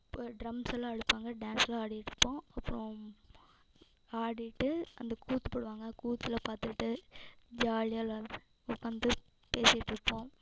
அப்போ ட்ரம்ஸ் எல்லாம் அடிப்பாங்க டான்ஸ்லாம் ஆடிகிட்ருப்போம் அப்றம் ஆடிகிட்டு அந்த கூத்து போடுவாங்க கூத்தெல்லாம் பார்த்துக்கிட்டு ஜாலியாக எல்லாரும் உட்காந்து பேசிட்டுருப்போம்